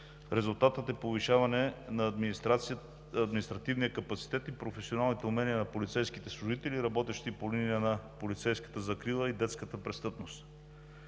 Резултатът е повишаване на административния капацитет и професионалните умения на полицейските служители, работещи по линия на полицейската закрила и детската престъпност.